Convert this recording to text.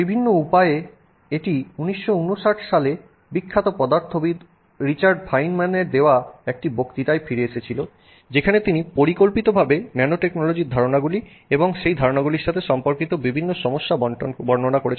বিভিন্ন উপায়ে এটি ১৯৫৯ সালে বিখ্যাত পদার্থবিদ রিচার্ড ফাইনম্যানের দেওয়া একটি বক্তৃতায় ফিরে এসেছিল যেখানে তিনি পরিকল্পিতভাবে ন্যানোটেকনোলজির ধারণাগুলি এবং সেই ধারণাগুলির সাথে সম্পর্কিত বিভিন্ন সমস্যা বর্ণনা করেছেন